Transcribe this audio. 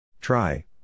Try